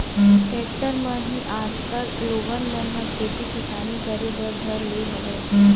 tractor म ही आजकल लोगन मन ह खेती किसानी करे बर धर ले हवय